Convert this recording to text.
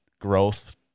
growth